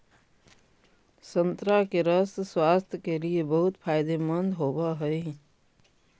संतरा के रस स्वास्थ्य के लिए बहुत फायदेमंद होवऽ हइ